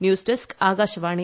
news desk Akashvani